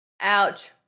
Ouch